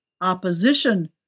opposition